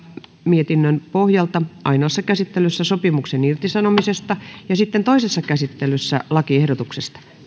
mietinnön kuusi pohjalta ainoassa käsittelyssä sopimuksen irtisanomisesta ja sitten toisessa käsittelyssä lakiehdotuksesta